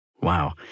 Wow